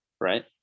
right